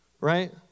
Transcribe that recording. Right